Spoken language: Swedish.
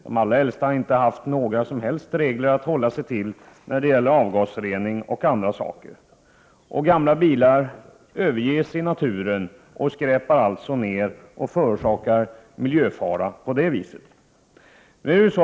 De allra äldsta har inte varit underkastade några som helst regler om avgasrening osv. Gamla bilar överges i naturen, skräpar ned och förorsakar miljöfaror.